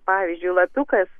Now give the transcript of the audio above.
pavyzdžiui lapiukas